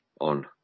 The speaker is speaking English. on